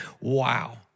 Wow